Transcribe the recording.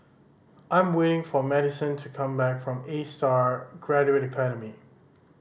I'm waiting for Madyson to come back from Astar Graduate Academy